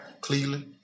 Cleveland